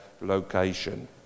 location